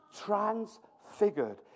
transfigured